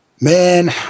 man